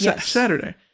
Saturday